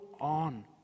on